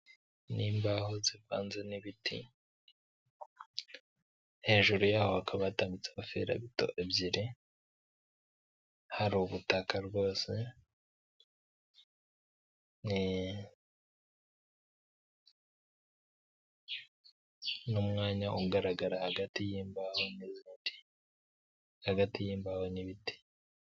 Ni imbaho zivanze n'ibiti, hejuru yaho hakaba hatanmbitse amaferabito ebyiri, hari ubutaka rwose, n'umwanya ugaragara hagati y'imbaho n'ibiti.